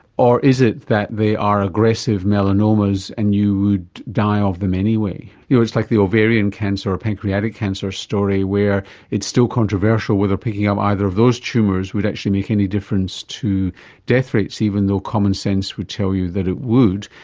or is it that they are aggressive melanomas and you would die of them anyway? you know, it's like the ovarian cancer or pancreatic cancer story where it's still controversial whether picking up either of those tumours would actually make any difference to death rates, even though common sense would tell you that it would.